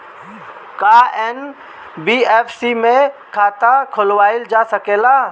का एन.बी.एफ.सी में खाता खोलवाईल जा सकेला?